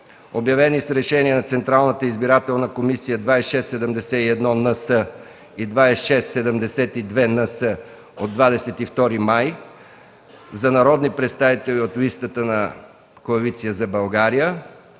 обявени с решения на Централната избирателна комисия № 2671-НС и № 2672-НС от 22 май 2013 г. за народни представители от листата на Коалиция за България